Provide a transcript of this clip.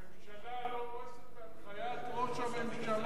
הממשלה לא הורסת בהנחיית ראש הממשלה.